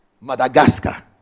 Madagascar